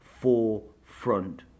four-front